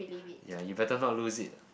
ya you better not lose it